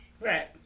Right